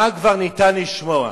מה כבר ניתן לשמוע,